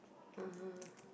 (uh huh)